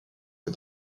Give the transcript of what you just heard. que